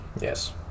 Yes